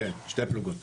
כן, שתי פלוגות.